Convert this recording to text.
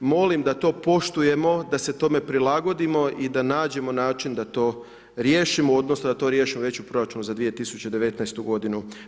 Molim da to poštujemo da se tome prilagodimo i da nađemo način da to riješimo odnosno da to riješimo već u proračunu za 2019. godinu.